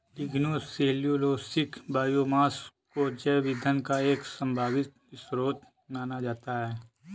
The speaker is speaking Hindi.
लिग्नोसेल्यूलोसिक बायोमास को जैव ईंधन का एक संभावित स्रोत माना जाता है